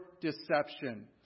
Deception